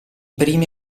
primi